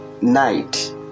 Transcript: night